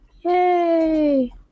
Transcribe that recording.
yay